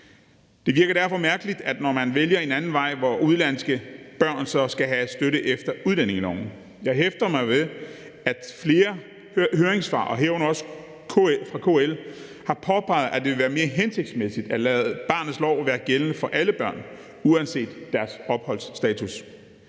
Det virker derfor mærkeligt, at man så vælger en anden vej, hvor udenlandske børn så skal have støtte efter udlændingeloven. Jeg hæfter mig ved, at flere høringssvar, herunder også høringssvaret fra KL, har påpeget, at det ville være mere hensigtsmæssigt at lade barnets lov være gældende for alle børn uanset deres opholdsstatus.